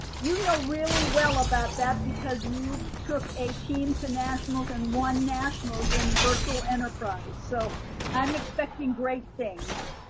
you know really well about that because you took a team to nationals and won nationals in virtual enterprise. so i'm expecting great things.